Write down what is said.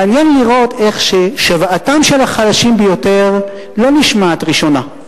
מעניין לראות איך שוועתם של החלשים לא נשמעת עוד ראשונה,